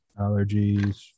allergies